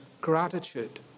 gratitude